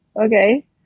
okay